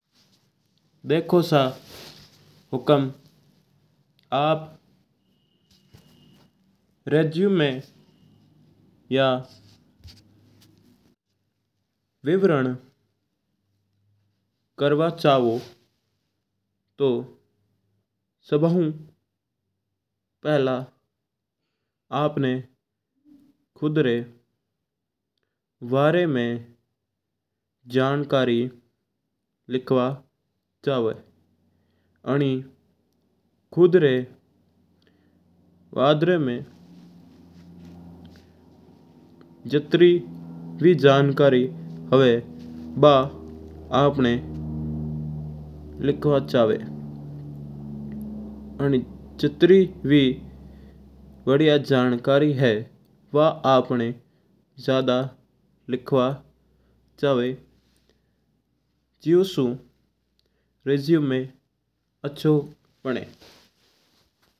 देखो सा हुकम आप रेज़्यूमे मैं या विवरण करवा चाऊं। तू सभा ऊ पहला आपणा खुद री बारे मैं जानकारी लिखबू आणी चावी है। वद्रा मायी जित्रि भी जानकारी हुवा बा आप ना लिखणी चावा। आन्न जित्री भी बड़िया जानकारी हैवा आपणा ज्यादा लिखबू चावा जिस्सु आपरे रेज़्यूमे मैं चोखो देख्या।